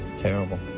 terrible